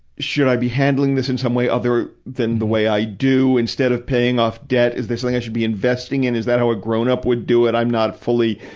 should i be handling this in some way other than in the way i do? instead of paying off debt, is there something i should be investing in? is that how a grown-up would do it? i'm not fully,